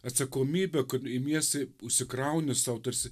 atsakomybę kad imiesi užsikrauni sau tarsi